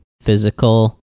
physical